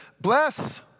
Bless